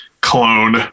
clone